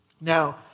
Now